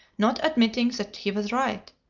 not admitting that he was right,